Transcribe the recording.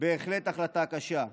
החלטה קשה.